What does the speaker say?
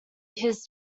his